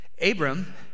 Abram